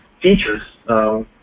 features